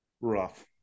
Rough